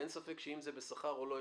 ואין ספק שאם זה בשכר או לא,